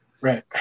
Right